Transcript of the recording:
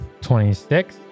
26